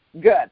Good